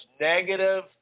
negative